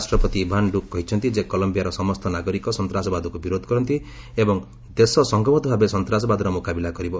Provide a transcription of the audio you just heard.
ରାଷ୍ଟ୍ରପତି Ivan Duque କହିଛନ୍ତି ଯେ କଲମ୍ବିଆର ସମସ୍ତ ନାଗରିକ ସନ୍ତାସବାଦକୁ ବିରୋଧ କରନ୍ତି ଏବଂ ଦେଶ ସଂଘବଦ୍ଧ ଭାବେ ସନ୍ତାସବାଦର ମୁକାବିଲା କରିବ